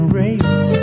race